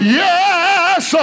yes